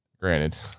Granted